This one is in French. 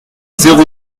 zéro